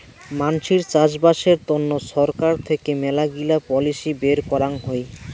মানসির চাষবাসের তন্ন ছরকার থেকে মেলাগিলা পলিসি বের করাং হই